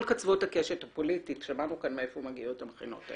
קצוות הקשת הפוליטית שמענו מאיפה מגיעות המכינות.